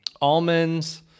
almonds